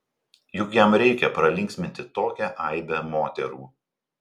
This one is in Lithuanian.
juk jam reikia pralinksminti tokią aibę moterų